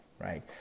right